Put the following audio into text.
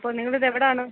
അപ്പോൾ നിങ്ങളിത് എവിടാണ്